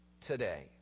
today